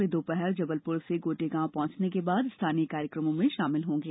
वे दोपहर जबलपुर से गोटेगांव पहंचने के बाद स्थानीय कार्यक्रमों में शामिल होंगे